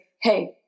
Hey